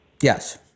Yes